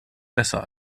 besser